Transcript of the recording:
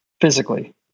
physically